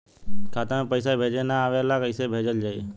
खाता में पईसा भेजे ना आवेला कईसे भेजल जाई?